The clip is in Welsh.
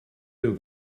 nhw